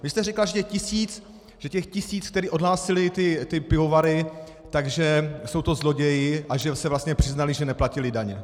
Vy jste řekla, že těch tisíc, kteří odhlásili ty pivovary, že jsou to zloději a že se vlastně přiznali, že neplatili daně.